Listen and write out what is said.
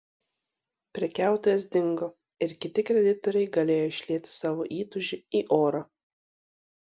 prekiautojas dingo ir kiti kreditoriai galėjo išlieti savo įtūžį į orą